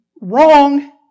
Wrong